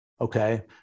okay